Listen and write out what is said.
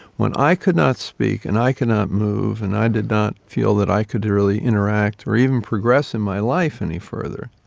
when i could not speak and i could not move and i did not feel that i could really interact or even progress in my life any further,